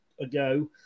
ago